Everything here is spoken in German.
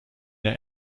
der